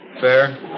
Fair